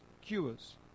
cures